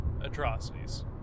atrocities